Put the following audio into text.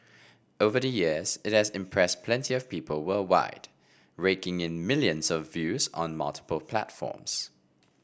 over the years it has impressed plenty of people worldwide raking in millions of views on multiple platforms